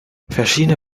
verschiedene